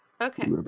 Okay